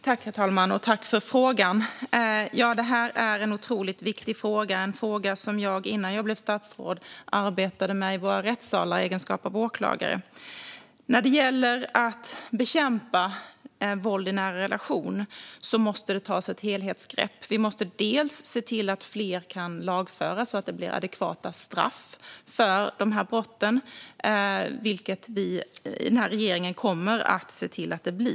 Herr talman! Jag tackar för frågan. Detta är en otroligt viktig fråga. Det är också en fråga som jag innan jag blev statsråd arbetade med i våra rättssalar i egenskap av åklagare. När det gäller att bekämpa våld i nära relationer måste det tas ett helhetsgrepp. Vi måste se till att fler kan lagföras och att det blir adekvata straff för dessa brott, vilket denna regering kommer att se till att det blir.